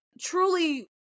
truly